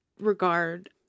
regard